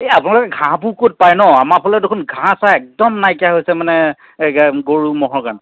এই আপোনালোকে ঘাঁহবোৰ ক'ত পায় ন আমাৰ ফালে দেখোন ঘাঁহ চাঁহ একদম নাইকিয়া হৈছে মানে গৰু ম'হৰ কাৰণে